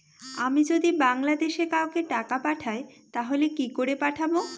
আমি যদি বাংলাদেশে কাউকে টাকা পাঠাই তাহলে কি করে পাঠাবো?